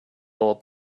old